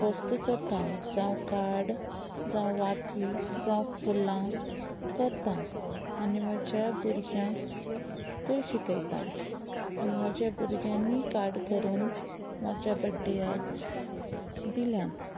वस्तू करता जावं कार्ड जावं वाती जावं फुलां करता आनी म्हज्या भुरग्यांकूय शिकयता आनी म्हज्या भुरग्यांनीय कार्ड करून म्हाज्या बड्डेयाक दिल्यात